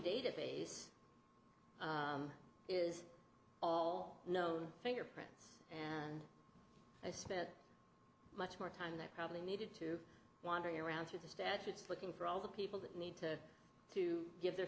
database is all known fingerprints and i spent much more time that probably needed to wandering around through the statutes looking for all the people that need to to give their